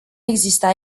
exista